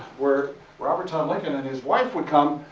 where robert todd lincoln and his wife would come